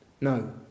No